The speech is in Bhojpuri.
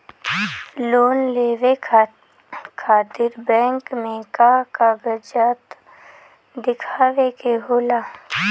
लोन लेवे खातिर बैंक मे का कागजात दिखावे के होला?